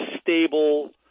stable